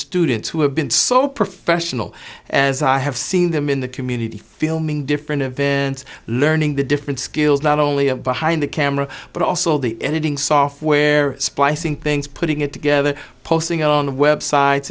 students who have been so professional as i have seen them in the community filming different events learning the different skills not only of behind the camera but also the editing software splicing things putting it together posting on websites